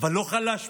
אבל לא יכול להשפיע,